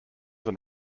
than